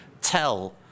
tell